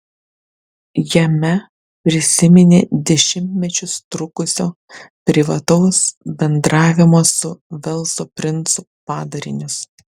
jame prisiminė dešimtmečius trukusio privataus bendravimo su velso princu padarinius